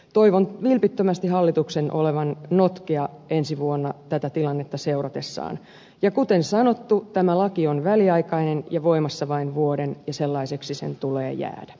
toivon vilpittömästi hallituksen olevan notkea ensi vuonna tätä tilannetta seuratessaan ja kuten sanottu tämä laki on väliaikainen ja voimassa vain vuoden ja sellaiseksi sen tulee jäädä